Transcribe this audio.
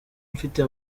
mfite